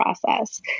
process